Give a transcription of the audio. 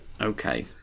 Okay